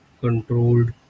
controlled